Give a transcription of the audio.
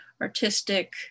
artistic